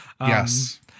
yes